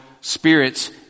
spirits